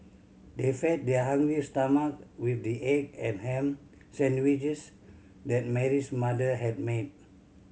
they fed their hungry stomach with the egg and ham sandwiches that Mary's mother had made